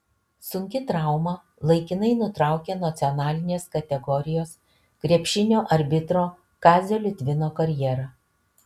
sunki trauma laikinai nutraukė nacionalinės kategorijos krepšinio arbitro kazio litvino karjerą